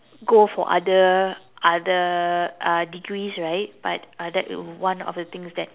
go for other other uh degrees right but uh that would be one of the things that